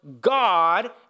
God